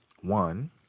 One